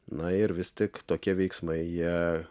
na ir vis tik tokie veiksmai jie